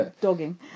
dogging